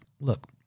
look